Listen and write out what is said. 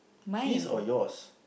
his or yours